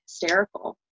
hysterical